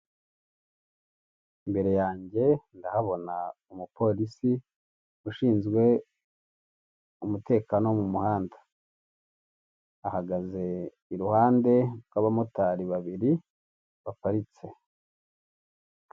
Imbere yange ndahabona umupolisi ushinzwe umutekano wo mu muhanda ahagaze iruhande rw'abamotari babiri baparitse.